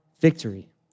victory